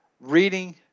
reading